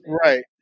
right